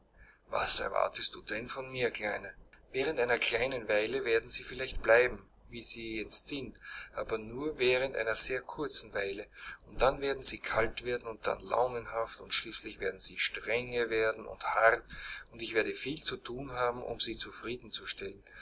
was erwartest du denn von mir kleine während einer kleinen weile werden sie vielleicht bleiben wie sie jetzt sind aber nur während einer sehr kurzen weile und dann werden sie kalt werden und dann launenhaft und schließlich werden sie strenge werden und hart und ich werde viel zu thun haben um sie zufrieden